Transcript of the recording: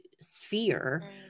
sphere